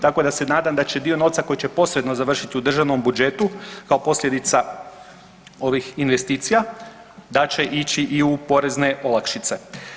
Tako da se nadam da će dio novca koji će posredno završiti u državnom budžetu kao posljedica ovih investicija da će ići i u porezne olakšice.